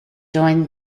joined